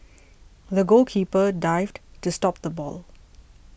the goalkeeper dived to stop the ball